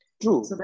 True